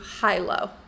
high-low